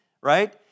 right